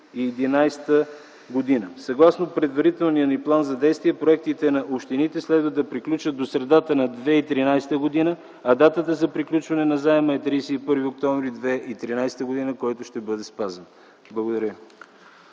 2011 г. Съгласно предварителния ни план за действие проектите на общините следва да приключат до средата на 2013 г., а датата за приключване на заема е 31 октомври 2013 г., която ще бъде спазена. Благодаря